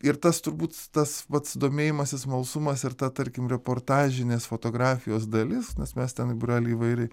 ir tas turbūt tas pats domėjimasis smalsumas ir ta tarkim reportažinės fotografijos dalis nes mes ten būrely įvairiai